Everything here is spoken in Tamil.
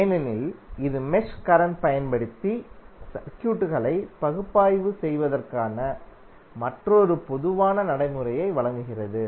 ஏனெனில் இது மெஷ் கரண்ட் பயன்படுத்தி சர்க்யூட்களை பகுப்பாய்வு செய்வதற்கான மற்றொரு பொதுவான நடைமுறையை வழங்குகிறது